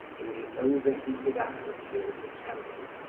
in the overheated atmosphere of the temple,